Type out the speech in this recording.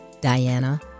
Diana